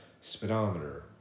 Speedometer